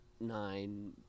nine